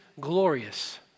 glorious